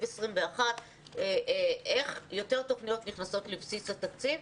2021 איך יותר תוכניות נכנסות לבסיס התקציב.